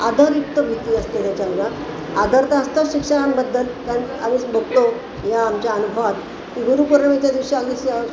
आदरयुक्त भीती असते त्याच्या मुलांत आदर तर असतो शिक्षकांबद्दल त्यांनी आम्हीच बघतो या आमच्या अनुभवात की गुरुपौर्णिमेच्या दिवशी आली